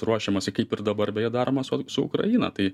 ruošiamasi kaip ir dabar beje daroma su su ukraina tai